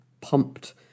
pumped